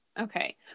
Okay